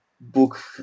book